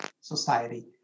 society